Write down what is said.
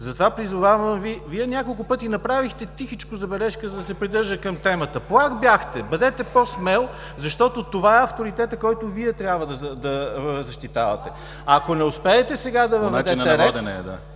в момента. Вие няколко пъти направихте тихичко забележка да се придържа към темата. Плах бяхте, бъдете по-смел, защото това е авторитетът, който Вие трябва да защитавате. Ако не успеете сега да въведете ред…